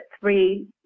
three